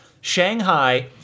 Shanghai